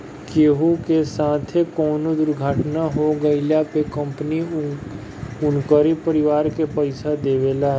केहू के साथे कवनो दुर्घटना हो गइला पे कंपनी उनकरी परिवार के पईसा देवेला